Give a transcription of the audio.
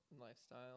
lifestyle